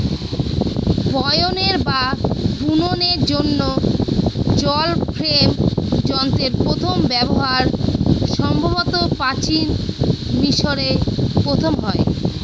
বয়নের বা বুননের জন্য জল ফ্রেম যন্ত্রের প্রথম ব্যবহার সম্ভবত প্রাচীন মিশরে প্রথম হয়